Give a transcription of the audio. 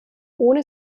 ohne